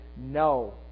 no